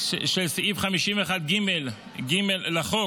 של סעיף 51ג(ג) לחוק,